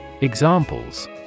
Examples